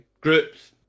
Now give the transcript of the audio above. groups